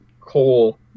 coal